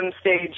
stage